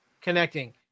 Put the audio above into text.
connecting